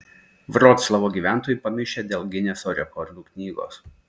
vroclavo gyventojai pamišę dėl gineso rekordų knygos